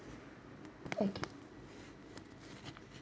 okay